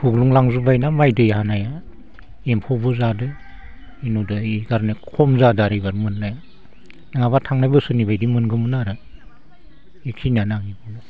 गब्लंलांजोब्बाय ना माइ दै हानाया एम्फौबो जादो इनुदे इ कारने खम जादो आर एबार मोननाया नङाब्ला थांनाय बोसोरनि बायदि मोनगौमोन आरो इखिनियानो